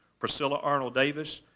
pricilla arnold davis,